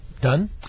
done